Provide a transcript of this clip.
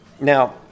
Now